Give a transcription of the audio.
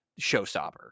showstopper